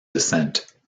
descent